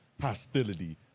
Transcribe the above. hostility